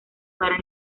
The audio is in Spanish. para